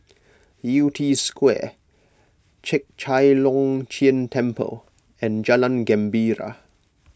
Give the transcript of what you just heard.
Yew Tee Square Chek Chai Long Chuen Temple and Jalan Gembira